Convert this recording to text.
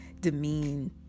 demean